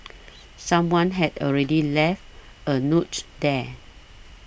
someone had already left a note there